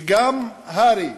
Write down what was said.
שגם הר"י